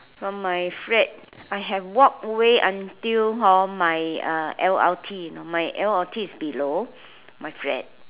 from my flat I have walkway until hor my uh l_r_t my l_r_t is below my flat